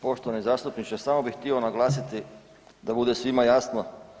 Poštovani zastupniče samo bih htio naglasiti da bude svima jasno.